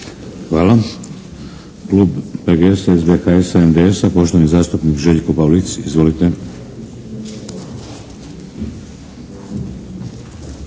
Hvala. Klub PGS-SBHS-NDS-a poštovani zastupnik Željko Pavlic. Izvolite.